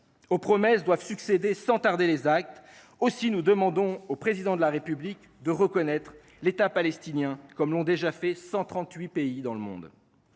Aux promesses doivent succéder les actes, et ce sans tarder ; aussi demandons nous au Président de la République de reconnaître l’État palestinien, comme l’ont déjà fait 138 pays dans le monde.